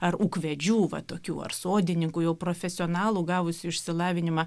ar ūkvedžių va tokių ar sodininkų jau profesionalų gavusių išsilavinimą